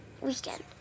weekend